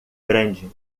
grande